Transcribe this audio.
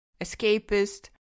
escapist